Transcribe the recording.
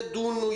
ידונו,